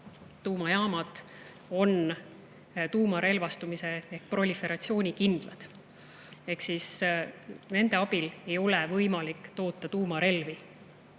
tuumajaamad on tuumarelvastumise ehk ‑proliferatsiooni suhtes kindlad ehk nende abil ei ole võimalik toota tuumarelvi.